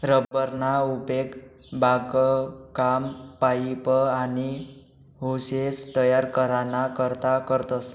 rubber ना उपेग बागकाम, पाइप, आनी होसेस तयार कराना करता करतस